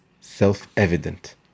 self-evident